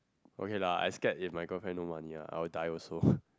okay lah I scared if my girlfriend no money lah I will die also